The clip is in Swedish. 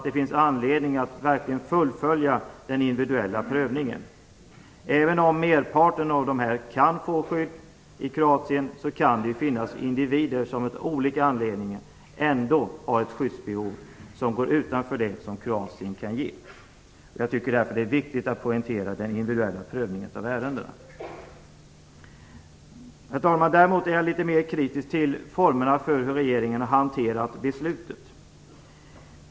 Det finns anledning att verkligen fullfölja den individuella prövningen. Även om merparten av dessa människor kan få skydd i Kroatien kan det finnas individer som av olika anledningar ändå har ett skyddsbehov som går utanför det som Kroatien kan ge. Jag tycker därför att det är viktigt att poängtera den individuella prövningen av ärendena. Herr talman! Jag är däremot litet mer kritisk till formerna för hur regeringen har hanterat beslutet.